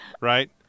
right